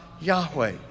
Yahweh